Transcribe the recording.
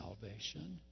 salvation